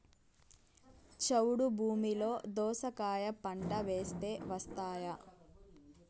చౌడు భూమిలో దోస కాయ పంట వేస్తే వస్తాయా?